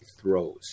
throws